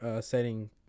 setting